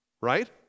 Right